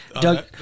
Doug